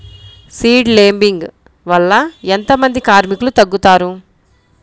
Seed లేంబింగ్ వల్ల ఎంత మంది కార్మికులు తగ్గుతారు?